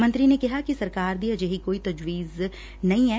ਮੰਤਰੀ ਨੇ ਕਿਹਾ ਕਿ ਸਰਕਾਰ ਦੀ ਅਜਿਹੀ ਕੋਈ ਤਜਵੀਜ਼ ਨਹੀਂ ਐ